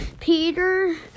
Peter